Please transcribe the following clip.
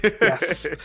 Yes